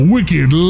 Wicked